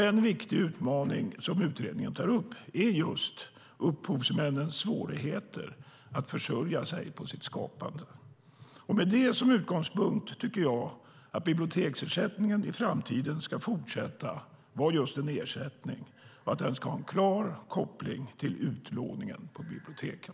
En viktig utmaning som utredningen tar upp är just upphovsmännens svårigheter att försörja sig på sitt skapande. Med det som utgångspunkt tycker jag att biblioteksersättningen i framtiden ska fortsätta att vara just en ersättning och att den ska ha en klar koppling till utlåningen på biblioteken.